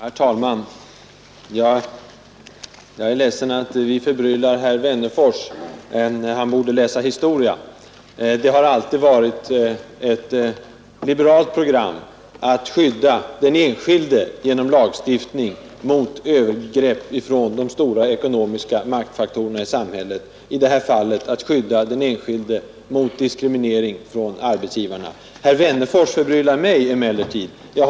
Herr talman! Jag är ledsen att vi förbryllar herr Wennerfors, men han borde gå hem och läsa historia. Det har alltid varit ett liberalt program att genom lagstiftning skydda den enskilde mot övergrepp från de stora ekonomiska maktfaktorerna i samhället, i det här fallet att skydda den enskilde mot diskriminering från arbetsgivarna. Herr Wennerfors förbryllade emellertid mig.